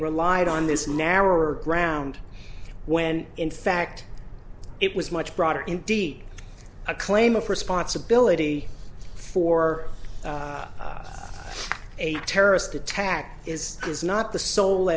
relied on this narrower ground when in fact it was much broader indeed a claim of responsibility for a terrorist attack is is not the sole